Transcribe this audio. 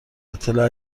اطلاع